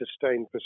sustained